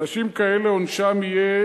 אנשים כאלה, עונשם יהיה